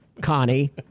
Connie